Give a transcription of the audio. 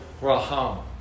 Raham